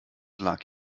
lag